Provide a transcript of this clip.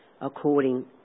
according